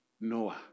Noah